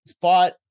fought